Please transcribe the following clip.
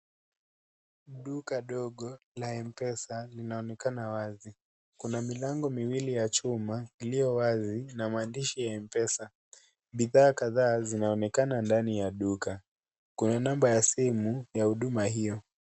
Duka dogo la Mpesa linaonekana wazi, kuna milango miwili ya chuma iliyo wazi na maandishi ya Mpesa, bidhaa kadhaa zinaonekana ndani ya duka, kuna namba ya simu ya huduma hiyo.